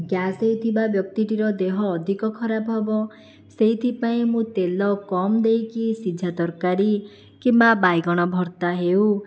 gas ହେଇଥିବା ବ୍ୟକ୍ତିଟିର ଦେହ ଅଧିକ ଖରାପ ହେବ ସେଇଥିପାଇଁ ମୁଁ ତେଲ କମ୍ ଦେଇକି ସିଝା ତରକାରୀ କିମ୍ବା ବାଇଗଣ ଭର୍ତ୍ତା ହେଉ